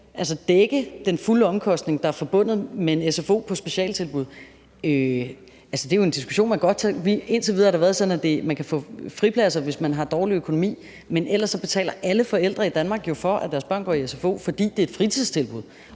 altså dække den fulde omkostning, der er forbundet med en sfo med specialtilbud? Indtil videre har det været sådan, at man kan få fripladser, hvis man har dårlig økonomi, men ellers betaler alle forældre i Danmark jo for, at deres børn går i sfo, fordi det er et fritidstilbud